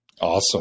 Awesome